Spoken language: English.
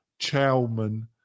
Chowman